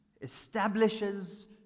establishes